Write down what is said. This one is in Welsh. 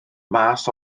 mas